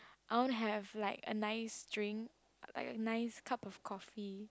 I want to have like a nice drink like a nice cup of coffee